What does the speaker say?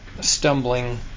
stumbling